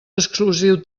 exclusiu